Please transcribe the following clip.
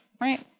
right